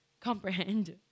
comprehend